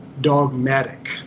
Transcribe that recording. dogmatic